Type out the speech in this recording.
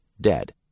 dead